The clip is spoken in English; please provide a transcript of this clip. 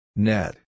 Net